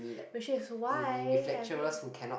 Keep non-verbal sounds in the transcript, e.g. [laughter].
which is why having [breath]